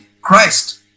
Christ